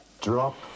Drop